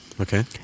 Okay